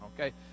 okay